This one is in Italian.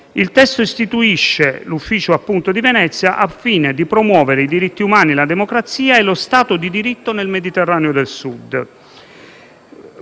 Il testo istituisce l'Ufficio di Venezia al fine di promuovere i diritti umani, la democrazia e lo Stato di diritto nel Mediterraneo del Sud.